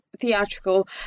theatrical